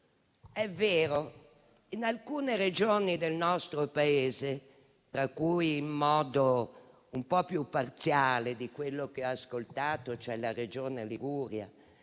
È vero, in alcune Regioni del nostro Paese, tra cui - in modo un po' più parziale rispetto a quello che ho ascoltato - la Liguria,